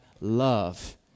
love